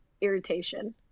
irritation